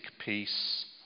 peace